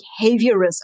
behaviorism